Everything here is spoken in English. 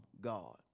God